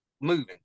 moving